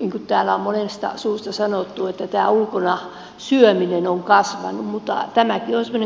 niin kuin täällä on monesta suusta sanottu tämä ulkona syöminen on kasvanut mutta tämäkin on semmoinen kulttuuriasia